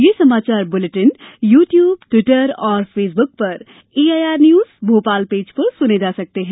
ये समाचार bulletin YouTube Twitter और फेसब्रक पर एआईआर न्यूज भोपाल पेज पर सुने जा सकते हैं